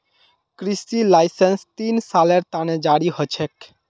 कृषि लाइसेंस तीन सालेर त न जारी ह छेक